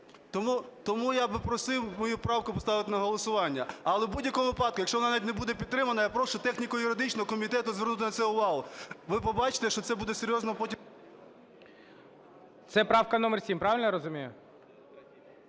Тому я би просив мою правку поставити на голосування. Але в будь-якому випадку, якщо вона навіть не буде підтримана, я прошу техніко-юридично комітет звернути на це увагу. Ви побачите, що це буде серйозна потім… ГОЛОВУЮЧИЙ. Це правка номер 7, правильно я розумію?